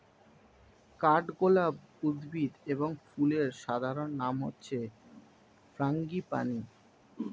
কাঠগোলাপ উদ্ভিদ এবং ফুলের সাধারণ নাম হচ্ছে ফ্রাঙ্গিপানি